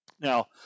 Now